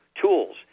tools